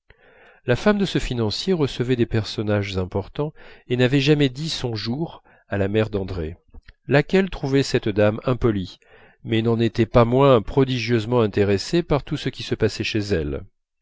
la femme de ce financier recevait des personnages importants et n'avait jamais dit son jour à la mère d'andrée laquelle trouvait cette dame impolie mais n'en était pas moins prodigieusement intéressée par tout ce qui se passait chez elle